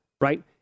right